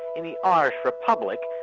in the irish republic,